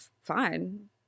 fine